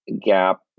gap